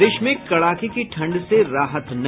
प्रदेश में कड़ाके की ठंड से राहत नहीं